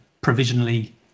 provisionally